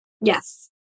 Yes